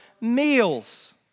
meals